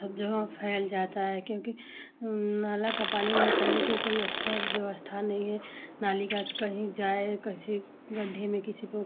सब जगह फैल जाता है क्योंकि नाला का पानी निकलने के कोई अच्छा व्यवस्था नहीं है नाली का कि कहीं जाए कैसे गड्ढे में किसी को